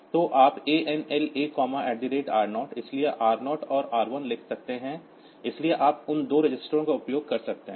तो आप ANL A R0 इसलिए R 0 और R 1 लिख सकते हैं इसलिए आप उन दो रजिस्टरों का उपयोग कर सकते हैं